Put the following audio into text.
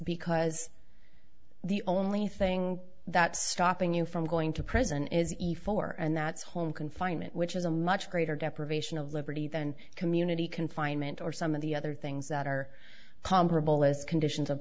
because the only thing that's stopping you from going to prison is efore and that's home confinement which is a much greater deprivation of liberty than community confinement or some of the other things that are comparable as conditions of